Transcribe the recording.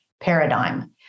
paradigm